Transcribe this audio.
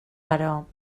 però